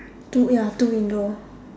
two ya two window